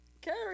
Carrie